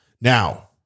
Now